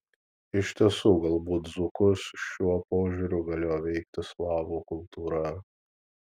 iš tiesų galbūt dzūkus šiuo požiūriu galėjo veikti slavų kultūra